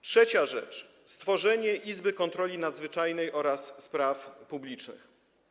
Trzecia rzecz: stworzenie Izby Kontroli Nadzwyczajnej i Spraw Publicznych.